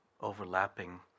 overlapping